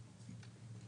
שקל.